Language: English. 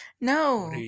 No